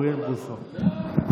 מסכן, מה נתנו לך, אל תדאג,